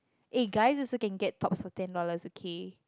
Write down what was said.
eh guys also can get tops for ten dollars okay